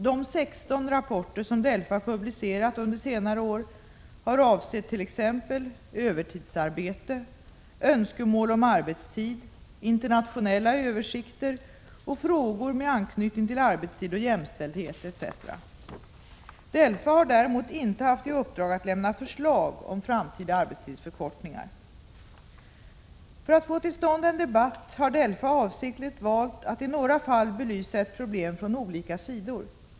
De 16 rapporter som DELFA publicerat under senare år har avsett t.ex. övertidsarbete, önskemål om arbetstid, internationella översikter och frågor med anknytning till arbetstid och jämställdhet etc. DELFA har däremot inte haft i uppdrag att lämna förslag om framtida arbetstidsförkortningar. För att få till stånd en debatt har DELFA avsiktligt valt att i några fall belysa ett problem från olika sidor.